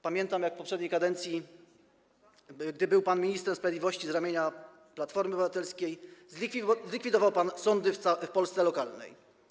Pamiętam, jak w poprzedniej kadencji, gdy był pan ministrem sprawiedliwości z ramienia Platformy Obywatelskiej, zlikwidował pan sądy w Polsce lokalnej.